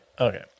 okay